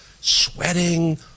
sweating